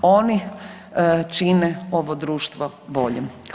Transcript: Oni čine ovo društvo boljim.